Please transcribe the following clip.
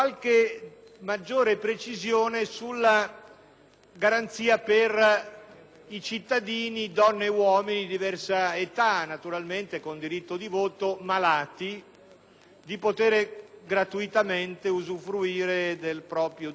garanzia per i cittadini malati, donne e uomini di diversa età, naturalmente con diritto di voto, di poter gratuitamente usufruire del proprio diritto all'elettorato